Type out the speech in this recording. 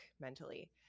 mentally